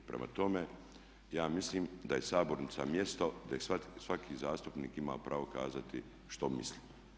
Prema tome, ja mislim da je sabornica mjesto gdje svaki zastupnik ima pravo kazati što misli.